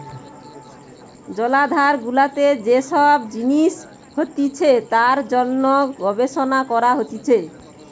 জলাধার গুলাতে যে সব জিনিস হতিছে তার জন্যে গবেষণা করা হতিছে